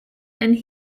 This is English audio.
and